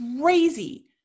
crazy